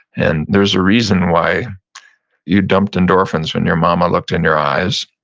and there's a reason why you dumped endorphins when your mama looked in your eyes.